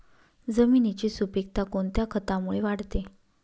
जमिनीची सुपिकता कोणत्या खतामुळे वाढते?